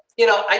you know, i.